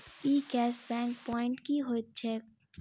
ई cashback point की होइत छैक?